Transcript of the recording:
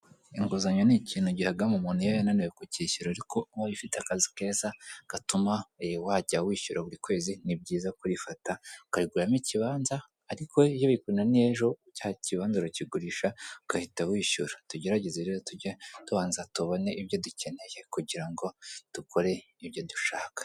Inguzanyo ni ikintu gihagama umuntu iyo yananiwe kucyishyura ariko ubaye ufite akazi keza gatuma wajya wishyura buri kwezi ni byiza kurifata ukayiguramo ikibanza ariko iyo bikunaniye ejo cya kibanza urakigurisha ugahita wishyura, tugerageze rero tujye tubanza tubone ibyo dukeneye kugira ngo dukore ibyo dushaka.